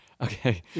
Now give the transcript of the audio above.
Okay